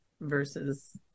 versus